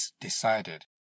decided